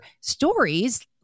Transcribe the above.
stories